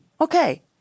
Okay